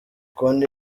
konti